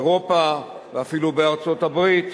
באירופה ואפילו בארצות-הברית,